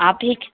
आप एक